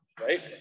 right